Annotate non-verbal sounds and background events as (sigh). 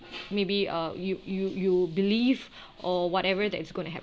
maybe uh you you you believe (breath) or whatever that is going gonna